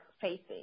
facing